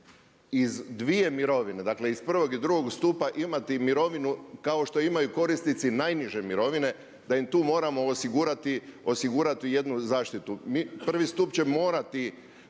iz dvije mirovine, dakle iz prvog i drugog stupa imati mirovinu kao što imaju korisnici najniže mirovine da im tu moramo osigurati, osigurati jednu zaštitu. Prvi stup će morati